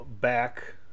back